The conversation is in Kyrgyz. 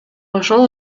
ошол